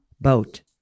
boat